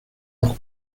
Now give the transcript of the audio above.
los